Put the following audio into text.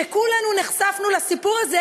כולנו נחשפנו לסיפור הזה,